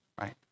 right